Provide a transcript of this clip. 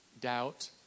doubt